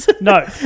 No